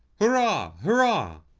hurrah! hurrah!